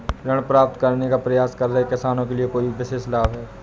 क्या ऋण प्राप्त करने का प्रयास कर रहे किसानों के लिए कोई विशेष लाभ हैं?